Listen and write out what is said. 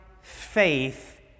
faith